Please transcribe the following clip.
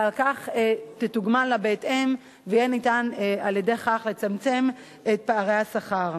ועל כך תתוגמלנה בהתאם ויהיה ניתן על-ידי כך לצמצם את פערי השכר.